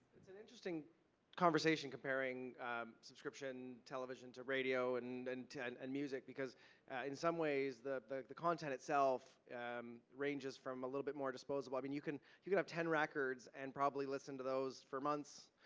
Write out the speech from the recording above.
it's an interesting conversation, comparing subscription television to radio and and and music, because in some ways, the the content itself um ranges from a little bit more disposable. i mean, you could you could have ten records and probably listen to those for months,